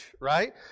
right